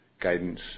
guidance